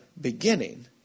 beginning